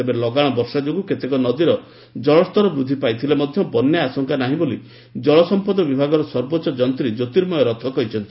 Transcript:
ତେବେ ଲଗାଶ ବର୍ଷା ଯୋଗୁଁ କେତେକ ନଦୀରେ ଜଳସ୍ତର ବୃଦ୍ଧି ପାଇଥିଲେ ମଧ୍ଧ ବନ୍ୟା ଆଶଙ୍କା ନାହିଁ ବୋଲି ଜଳସମ୍ମଦ ବିଭାଗ ସର୍ବୋଚ ଯନ୍ତୀ ଜ୍ୟୋତିର୍ମୟ ରଥ କହିଛନ୍ତି